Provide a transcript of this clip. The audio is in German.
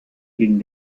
gegen